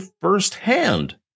first-hand